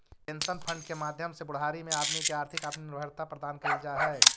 pension fund के माध्यम से बुढ़ारी में आदमी के आर्थिक आत्मनिर्भरता प्रदान कैल जा हई